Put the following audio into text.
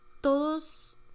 ...todos